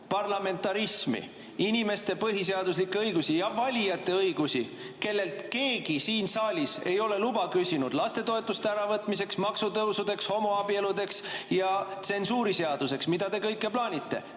parlamentarismi, inimeste põhiseaduslikke õigusi ja valijate õigusi, kellelt keegi siin saalis ei ole luba küsinud lastetoetuste äravõtmiseks, maksutõusudeks, homoabieludeks ja tsensuuriseaduseks, mida kõike te plaanite.